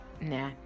nah